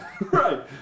Right